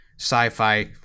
sci-fi